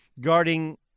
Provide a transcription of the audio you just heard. guarding